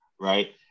right